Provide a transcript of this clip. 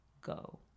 go